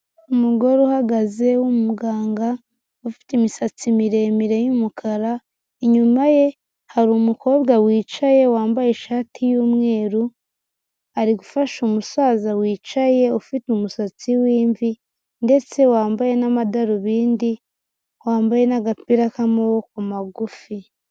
Umugore uhagaze w'umuganga ufite imisatsi miremire y'umukara, inyuma ye hari umukobwa wicaye wambaye ishati y'umweru, ari gufasha umusaza wicaye ufite umusatsi w'imvi ndetse wambaye n'amadarubindi wambaye n'agapira k'amaboko magufi.